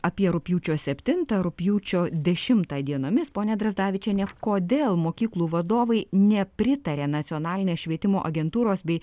apie rugpjūčio septintą rugpjūčio dešimtą dienomis ponia drazdavičiene kodėl mokyklų vadovai nepritaria nacionalinės švietimo agentūros bei